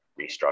restructure